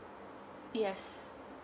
yes